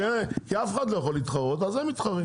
שנים, כי אף אחד לא יכול להתחרות אז הם מתחרים.